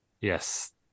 Yes